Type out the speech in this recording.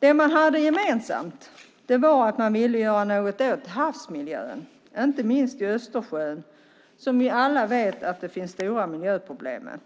Det man hade gemensamt var att man ville göra något åt havsmiljön, inte minst i Östersjön som ju alla vet att det finns stora miljöproblem med.